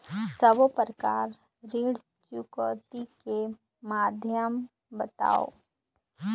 सब्बो प्रकार ऋण चुकौती के माध्यम बताव?